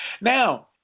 Now